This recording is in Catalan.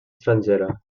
estrangera